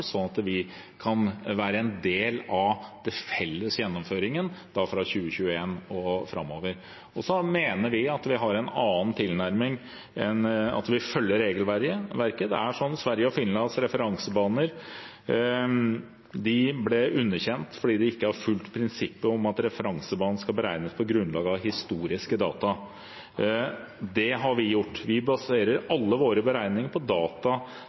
sånn at vi kan være en del av den felles gjennomføringen fra 2021 og framover. Så mener vi at vi har en annen tilnærming – vi følger regelverket. Det er sånn at Sverige og Finlands referansebaner ble underkjent fordi de ikke har fulgt prinsippet om at referansebanen skal beregnes på grunnlag av historiske data. Det har vi gjort. Vi baserer alle våre beregninger på data